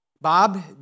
Bob